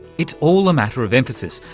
it's all a matter of emphasis,